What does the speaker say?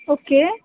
okay